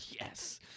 Yes